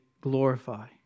glorify